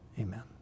amen